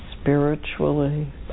spiritually